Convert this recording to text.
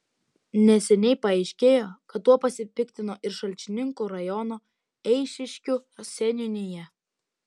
neseniai paaiškėjo kad tuo pasipiktino ir šalčininkų rajono eišiškių seniūnija